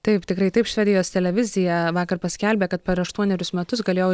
taip tikrai taip švedijos televizija vakar paskelbė kad per aštuonerius metus galėjo